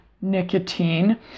nicotine